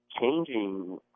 changing